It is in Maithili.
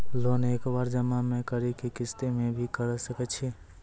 लोन एक बार जमा म करि कि किस्त मे भी करऽ सके छि?